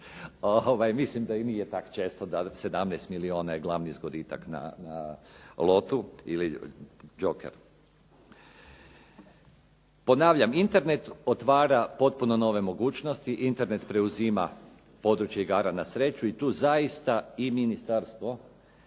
mislim da i nije tako često da 17 milijuna je glavni zgoditak na lotu ili joker. Ponavljam internet otvara potpuno nove mogućnosti, internet preuzima područje igara na sreću i tu zaista i ministarstvo